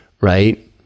right